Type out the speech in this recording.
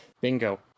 Bingo